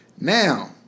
Now